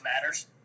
matters